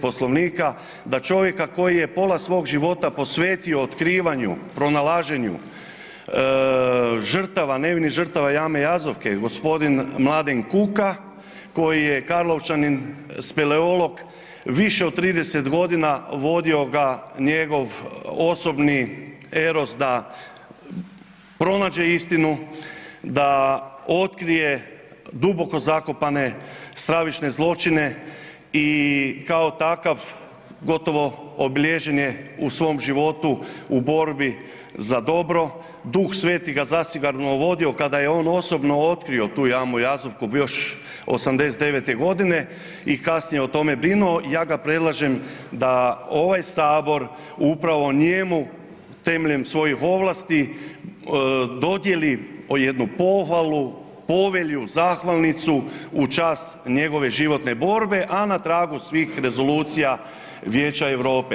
Poslovnika da čovjeka koji je pola svog života posvetio otkrivanju, pronalaženju žrtava, nevinih žrtava jame „Jazovke“ gospodin Mladen Kuka koji je Karlovčanin speleolog više od 30 godina vodio ga njegov osobni eros da pronađe istinu, da otkrije duboko zakopane stravične zločine i kao takav gotovo obilježen je u svom životu u borbi za dobro, Duh Sveti ga je zasigurno vodio kada je on osobno otkrio tu jamu „Jazovku“ još '89. godine i kasnije o tome brinuo i ja ga predlažem da ovaj Sabor upravo njemu temeljem svojih ovlasti dodijeli jednu pohvalu, povelju, zahvalnicu u čast njegove životne borbe, a na tragu svih rezolucija Vijeća Europe.